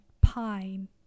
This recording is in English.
pine